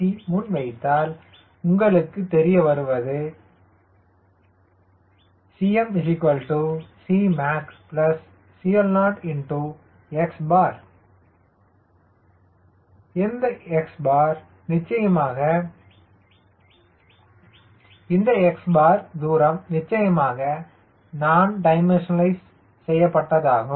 c முன் வைத்தால் உங்களுக்கு தெரிய வருவது Cm Cmac CL0 x எந்த x நிச்சயமாக இந்த x தூரம் நிச்சயமாக நான் டிமென்ஷன்ஸ்நளைஸ் செய்யப்பட்டதாகும்